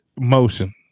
motion